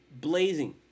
blazing